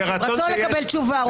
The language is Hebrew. רצון לקבל תשובה.